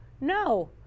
no